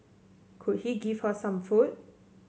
could he give her some food